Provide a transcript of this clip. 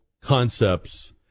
concepts